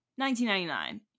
1999